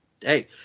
hey